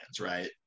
right